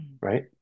right